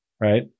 right